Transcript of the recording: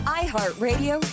iHeartRadio